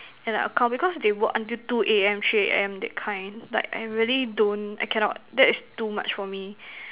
and account because they work until two A_M three A_M that kind like I really don't I cannot that is too much for me